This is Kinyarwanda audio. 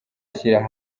ashyira